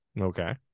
okay